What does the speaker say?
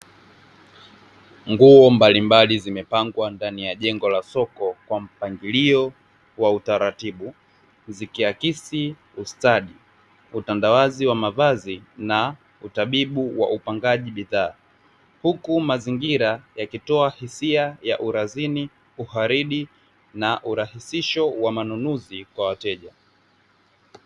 Nguo mbalimbali zimepangwa ndani ya jengo la soko kwa mpangilio wa utaratibu zikiakisi ustadi, utandawazi wa mavazi na utabibu wa upangaji bidhaa, huku mazingira yakitoa hisia ya urazini, uharidi na urahisisho wa manunuzi kwa wateja.